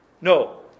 No